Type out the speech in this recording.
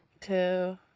to